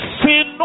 sin